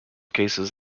cases